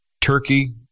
Turkey